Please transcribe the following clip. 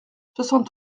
soixante